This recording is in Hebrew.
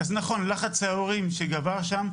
אז נכון, לחץ מההורים שגבר שם,